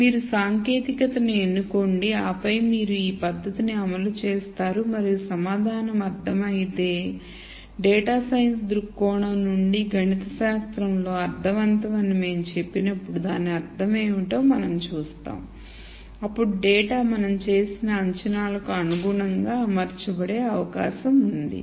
కాబట్టి మీరు సాంకేతికతను ఎన్నుకోండి ఆపై మీరు ఈ పద్ధతిని అమలు చేస్తారు మరియు సమాధానం అర్ధమైతే మరియు డేటా సైన్స్ దృక్కోణం నుండి గణితశాస్త్రంలో అర్ధవంతం అని మేము చెప్పినప్పుడు దాని అర్థం ఏమిటో మనం చూస్తాము అప్పుడు డేటా మనం చేసిన అంచనాలకు అనుగుణంగా అమర్చబడి అవకాశం ఉంది